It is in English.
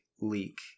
leak